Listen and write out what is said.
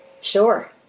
Sure